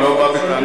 אני לא בא בטענות.